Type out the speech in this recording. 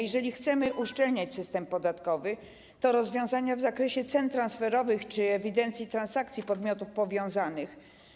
Jeżeli chcemy uszczelniać system podatkowy, to istotne są rozwiązania w zakresie cen transferowych czy ewidencji transakcji podmiotów powiązanych.